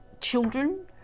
children